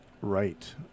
Right